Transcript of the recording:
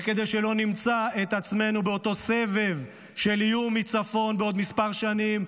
וכדי שלא נמצא את עצמנו באותו סבב של איום מצפון בעוד כמה שנים,